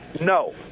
No